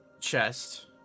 chest